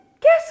guess